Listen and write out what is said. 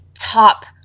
top